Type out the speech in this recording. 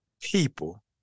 people